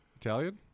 Italian